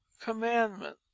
Commandment